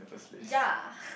ya